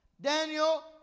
Daniel